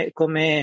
come